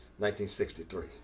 1963